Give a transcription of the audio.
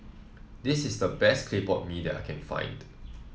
this is the best Clay Pot Mee that I can find